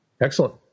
Excellent